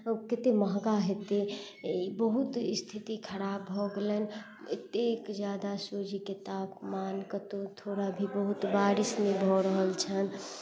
कते महँगा हेतै बहुत स्थिति खराब भऽ गेलै एतेक जादा सूर्यके तापमान कतौ थोड़ा भी बहुत बारिश नहि भऽ रहल छैन